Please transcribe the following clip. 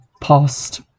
past